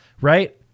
right